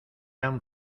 han